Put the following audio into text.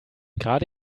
gerade